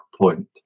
point